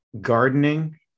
gardening